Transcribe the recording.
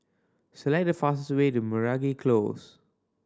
select the fastest way to Meragi Close